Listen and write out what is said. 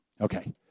Okay